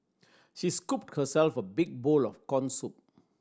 she scooped herself a big bowl of corn soup